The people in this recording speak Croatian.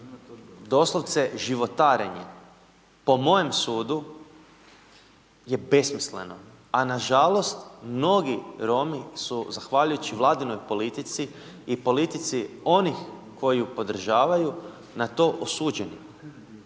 doslovce životarenje po mojem sudu je besmisleno, a nažalost mnogi Romi su zahvaljujući Vladinoj politici i politici onih koji ju podržavaju na to osuđeni.